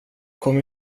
kom